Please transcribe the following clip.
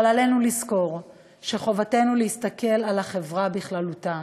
אבל עלינו לזכור שחובתנו להסתכל על החברה בכללותה.